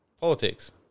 politics